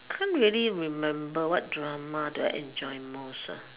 can't really remember what drama do I enjoy most